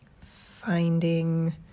finding